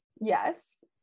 yes